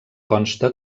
consta